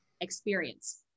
experience